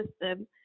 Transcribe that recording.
system